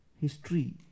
history